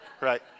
right